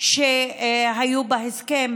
שהיו בהסכם